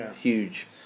huge